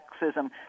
sexism